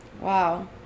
wow